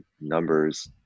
numbers